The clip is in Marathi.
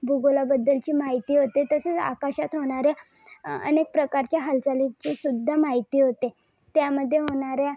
भूगोलाबद्दलची माहिती होते तसेच आकाशात होणाऱ्या अनेक प्रकारच्या हालचालींचीसुद्धा माहिती होते त्यामध्ये होणाऱ्या